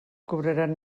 cobraran